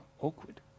awkward